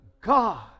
God